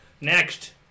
Next